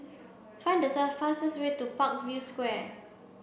find the fastest way to Parkview Square